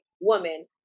woman